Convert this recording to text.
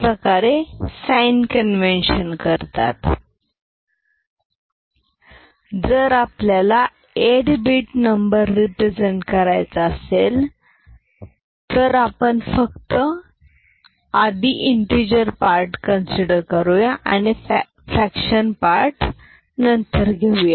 हे झालं sign convention जर आपल्याला 8 bit नंबर रिप्रेझेंट करायचा असेल तर आपण फक्त इन्टिजर पार्ट कन्सिडर करूया आणि फॅक्शन पार्ट नंतर घेऊया